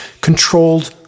controlled